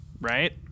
right